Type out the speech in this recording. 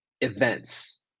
events